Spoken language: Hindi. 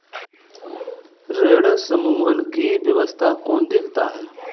ऋण समूहन की व्यवस्था कौन देखता है?